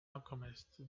alchemist